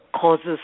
causes